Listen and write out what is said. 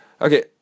Okay